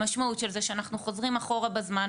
המשמעות של זה שאנחנו חוזרים אחורה בזמן,